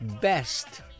best